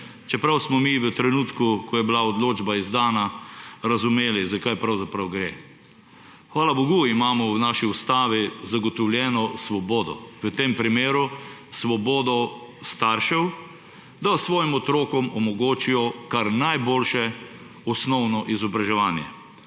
Čeprav smo mi v trenutku, ko je bila odločba izdana, razumeli, za kaj pravzaprav gre. Hvala bogu imamo v naši ustavi zagotovljeno svobodo, v tem primeru svobodo staršev, da svojim otrokom omogočijo kar najboljše osnovno izobraževanje.